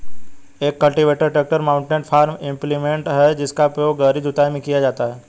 एक cultivator tractor mounted farm implement है जिसका उपयोग गहरी जुताई में किया जाता है